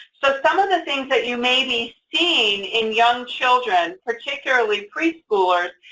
so some of the things that you may be seeing in young children, particularly preschoolers,